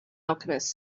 alchemist